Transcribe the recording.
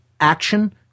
action